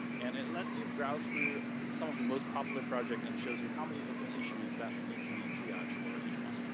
and it lets you browse through some of the most popular projects and shows you how many open issues that need to be triaged for each one.